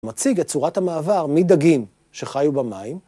מציג את צורת המעבר מדגים שחיו במים